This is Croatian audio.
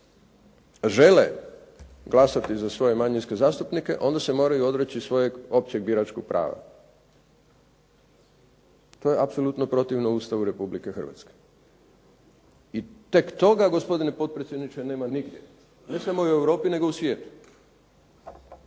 žele glasati za svoje manjinske zastupnike onda se moraju odreći svojeg općeg biračkog prava. To je apsolutno protivno Ustavu Republike Hrvatske i tek toga gospodine potpredsjedniče nema nigdje, ne samo u Europi, nego u svijetu.